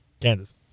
Kansas